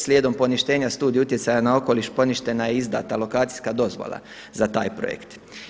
Slijedom poništenja Studije utjecaja na okoliš poništena je izdata lokacijska dozvola za taj projekt.